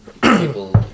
People